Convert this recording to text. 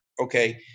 Okay